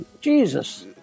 Jesus